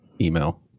email